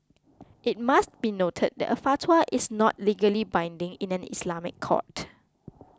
it must be noted that a fatwa is not legally binding in an Islamic court